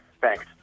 Thanks